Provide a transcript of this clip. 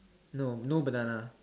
no no banana